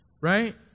right